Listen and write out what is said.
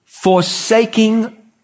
Forsaking